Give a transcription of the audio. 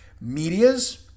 medias